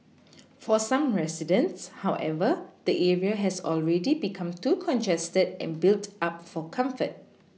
for some residents however the area has already become too congested and built up for comfort